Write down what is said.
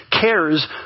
cares